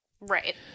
right